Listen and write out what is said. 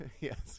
Yes